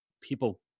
people